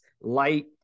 light